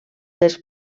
dels